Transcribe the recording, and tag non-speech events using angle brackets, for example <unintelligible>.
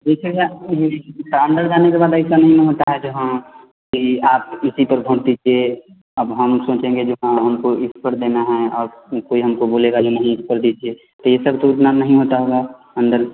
देखिए सर <unintelligible> अंदर जाने के बाद ऐसा नहीं होता है जहाँ कि आप इसी को भोट दीजिए अब हम सोचेंगे जो हमको इस पर देना है और कोई फ़िर हमको बोलेगा ही नहीं पर दीजिए तो यह सब तो उतना नहीं होता होगा अंदर